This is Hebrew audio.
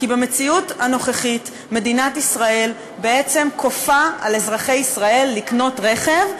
כי במציאות הנוכחית מדינת ישראל בעצם כופה על אזרחי ישראל לקנות רכב,